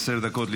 עשר דקות לרשותך.